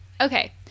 okay